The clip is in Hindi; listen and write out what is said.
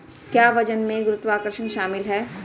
क्या वजन में गुरुत्वाकर्षण शामिल है?